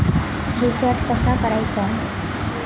Recharge कसा करायचा?